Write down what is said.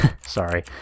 Sorry